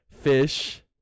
fish